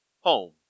home